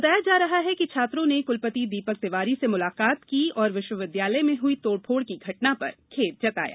बताया जा रहा है कि छात्रों ने कुलपति दीपक तिवारी से मुलाकात की और विश्वविद्यालय में हुई तोड़फोड़ की घटना पर खेद जताया